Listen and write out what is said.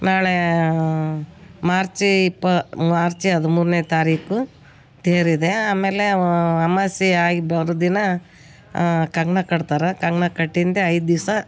ನಾಳೆ ಮಾರ್ಚಿ ಇಪ್ಪತ್ತು ಮಾರ್ಚಿ ಹದಿಮೂರನೇ ತಾರೀಕು ತೇರಿದೆ ಆಮೇಲೆ ಅಮಾವಾಸೆ ಆಗಿದ್ದ ಮರು ದಿನ ಆ ಕಂಕ್ಣ ಕಡ್ತಾರೆ ಕಂಕ್ಣ ಕಟ್ಟಿಂದೆ ಐದು ದಿವ್ಸ